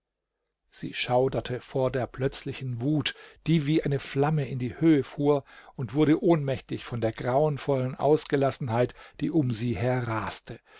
sie schauderte vor der plötzlichen wut die wie eine flamme in die höh fuhr und wurde ohnmächtig von der grauenvollen ausgelassenheit die um sie her raste